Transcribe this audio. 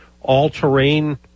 all-terrain